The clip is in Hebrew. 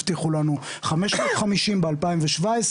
הבטיחו לנו 550 ב-2017,